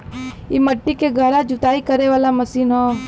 इ मट्टी के गहरा जुताई करे वाला मशीन हौ